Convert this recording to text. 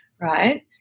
right